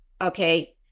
okay